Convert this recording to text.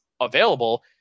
available